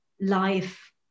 life